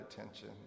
attention